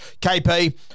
KP